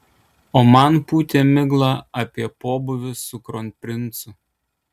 o man pūtė miglą apie pobūvius su kronprincu